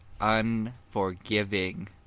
unforgiving